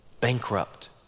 bankrupt